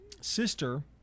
sister